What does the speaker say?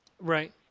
Right